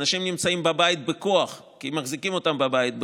אנשים נמצאים בבית בכוח כי מחזיקים אותם בבית בכוח,